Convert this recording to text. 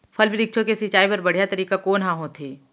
फल, वृक्षों के सिंचाई बर बढ़िया तरीका कोन ह होथे?